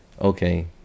okay